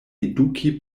eduki